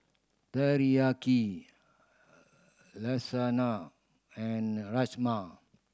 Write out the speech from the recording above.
Teriyaki Lasagna and Rajma